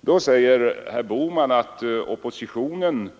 Men då sade herr Bohman att oppositionen